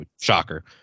shocker